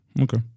Okay